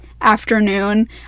afternoon